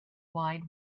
wide